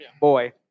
boy